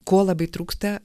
ko labai trūksta